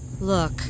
Look